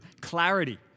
clarity